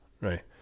Right